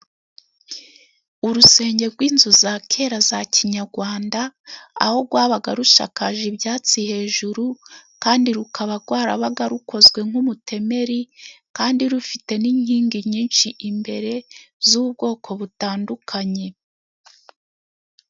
Urusenge gw'inzu za kera za kinyagwanda aho gwabaga rushakakaje ibyatsi hejuru, kandi rukaba gwarabaga rukozwe nk'umutemeri, kandi rufite n'inkingi nyinshi imbere z'ubwoko butandukanye.